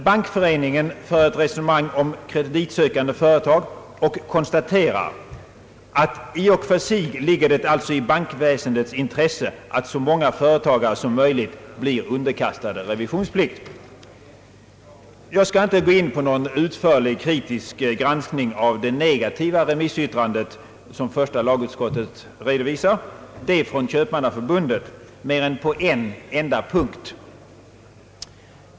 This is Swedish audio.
Bankföreningen för ett resonemang om 'kreditsökande företag och konstaterar att »i och för sig ligger det alltså i bankväsendets intresse att så många företagare som möjligt blir underkastade revisionsplikt». Jag skall inte gå in på någon utförlig kritisk granskning av det negativa remissyttrande som första lagutskottet redovisar, yttrandet från Köpmannaförbundet, mer än på en enda punkt.